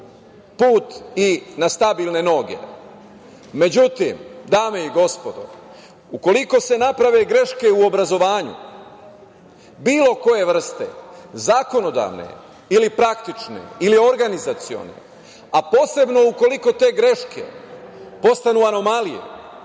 put i na stabilne noge. Međutim, dame i gospodo, ukoliko se naprave greške u obrazovanju bilo koje vrste, zakonodavne ili praktične ili organizacione, a posebno ukoliko te greške postanu anomalije,